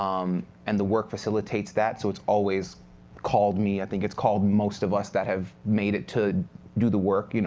um and the work facilitates that. so it's always called me. i think it's called most of us that have made it to do the work, you know